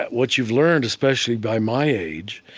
what you've learned, especially by my age,